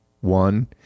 one